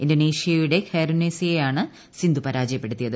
ഇന്തോനേഷ്യയുടെ ഖെയറുന്നിസയെയാണ് സിന്ധു പരാജയപ്പെടുത്തിയത്